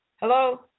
Hello